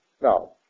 Now